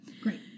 Great